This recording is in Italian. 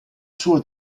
suo